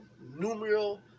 numeral